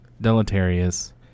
deleterious